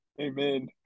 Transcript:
Amen